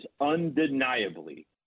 undeniably